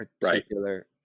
particular